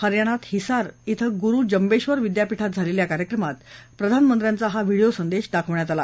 हरयाणामध्ये हिसार क्वें गुरू जम्बेश्वर विद्यापीठात झालेल्या कार्यक्रमात प्रधानमंत्र्यांचा व्हिडीओ संदेश दाखवण्यात आला